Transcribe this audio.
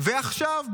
ועכשיו,